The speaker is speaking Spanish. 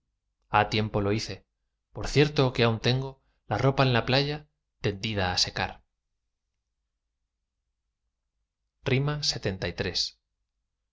ha tiempo lo hice por cierto que aún tengo la ropa en la playa tendida á secar lxxiii